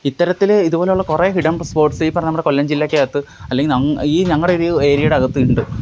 ഇത്തരത്തില് ഇതുപോലുള്ള കുറെ ഹിഡൻ സ്പോട്സ് ഈ പറഞ്ഞ നമ്മുടെ കൊല്ലം ജില്ലയ്ക്കകത്ത് അല്ലെങ്കില് ഞ ഈ ഞങ്ങളുടെ ഈ ഏരിയയുടെ അകത്ത് ഉണ്ട്